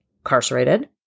incarcerated